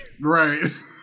Right